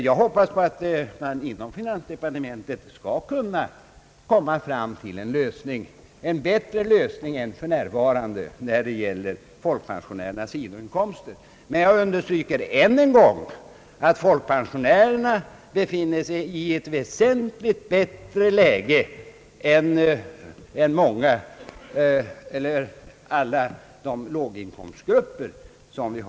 Jag hoppas att man inom finansdepartementet skall kunna komma fram till en bättre lösning än som för närvarande finns när det gäller folkpensionärernas sidoinkomster, men jag understryker än en gång att folkpensionärerna befinner sig i ett väsentligt bättre läge än alla låginkomstgrupper i landet.